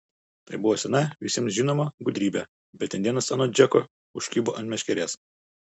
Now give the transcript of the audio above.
tai buvo sena visiems žinoma gudrybė bet indėnas anot džeko užkibo ant meškerės